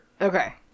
Okay